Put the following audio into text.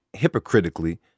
hypocritically